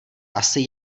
asi